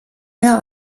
mehr